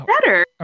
Better